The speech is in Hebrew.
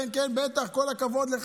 כל הכבוד לך,